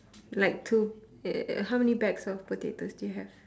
like two uh how many bags of potatoes do you have